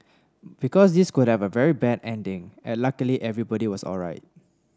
because this could have had a very bad ending and luckily everybody was alright